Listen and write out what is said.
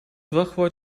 wachtwoord